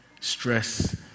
stress